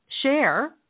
share